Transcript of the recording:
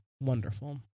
wonderful